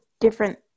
different